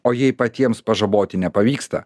o jei patiems pažaboti nepavyksta